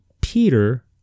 Peter